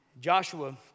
Joshua